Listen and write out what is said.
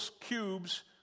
cubes